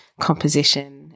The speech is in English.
composition